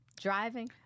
driving